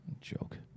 Joke